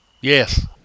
yes